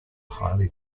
highly